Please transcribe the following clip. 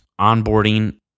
Onboarding